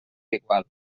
igual